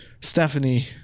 Stephanie